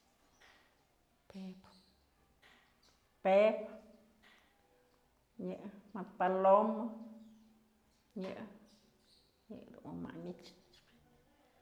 Pe'eb, mëdë paloma, yë yëdun wi'inmanyë myech.